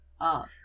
up